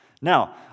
Now